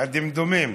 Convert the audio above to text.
הדמדומים.